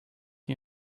you